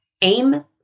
Aim